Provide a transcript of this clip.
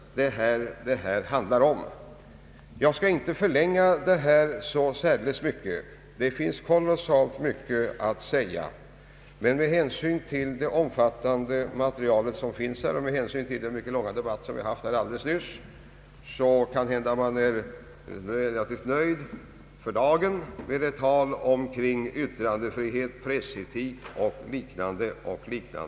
Jag skall inte förlänga debatten så mycket trots att det skulle finnas kolos salt mycket att säga. Med hänsyn till det omfattande material som finns i ärendet och med hänsyn till den omfattande debatt som nyss har avslutats är måhända kammaren nöjd för dagen med de tal som hållits om yttrandefrihet, pressetik och liknande ting.